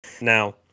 Now